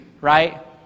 Right